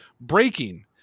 Breaking